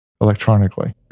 electronically